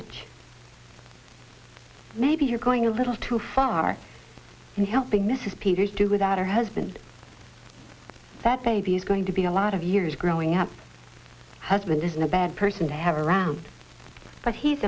much maybe you're going a little too far in helping mrs peters do without her husband that baby is going to be a lot of years growing up husband isn't a bad person to have around but he's